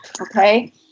Okay